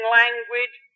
language